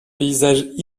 paysages